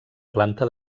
planta